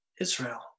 israel